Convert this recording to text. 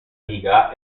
diga